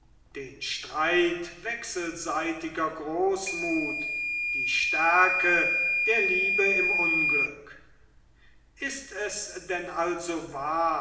den streit wechselseitiger großmut die stärke der liebe im unglück ist es denn also wahr